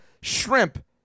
shrimp